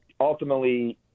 ultimately